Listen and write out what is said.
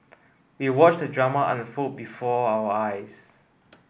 we watched the drama unfold before our eyes